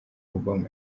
obama